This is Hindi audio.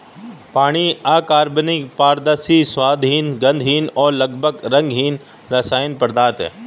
पानी अकार्बनिक, पारदर्शी, स्वादहीन, गंधहीन और लगभग रंगहीन रासायनिक पदार्थ है